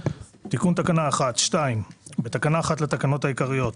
תיקון תקנה 1 2. בתקנה 1 לתקנות העיקריות,